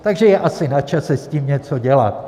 Takže je asi načase s tím něco dělat.